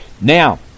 Now